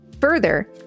Further